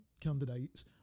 candidates